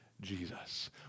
Jesus